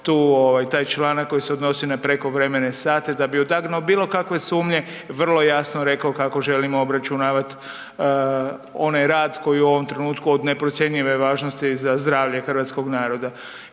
taj članak koji se odnosi na prekovremene sate da bi odagnao bilo kakve sumnje vrlo jasno rekao kako želimo obračunavati onaj rad koji je u ovom trenutku od neprocjenjive za zdravlje hrvatskog naroda.